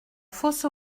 fosse